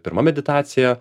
pirma meditacija